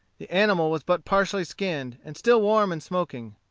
the animal was but partially skinned, and still warm and smoking.